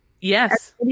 Yes